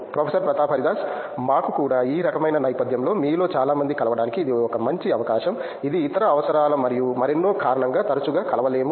professor Pratap Haridas మాకు కూడా ఈ రకమైన నేపధ్యంలో మీలో చాలా మందిని కలవడానికి ఇది ఒక మంచి అవకాశం ఇది ఇతర అవసరాలు మరియు మరెన్నో కారణంగా తరచుగా కలవలేము